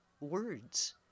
words